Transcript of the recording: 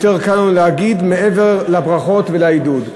יותר קל לנו להגיד מעבר לברכות ולעידוד.